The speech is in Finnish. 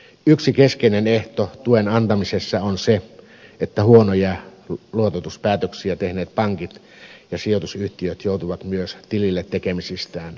yksi keskeinen ehto tuen antamisessa on se että huonoja luototuspäätöksiä tehneet pankit ja sijoitusyhtiöt joutuvat myös tilille tekemisistään